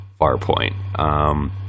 Farpoint